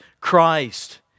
Christ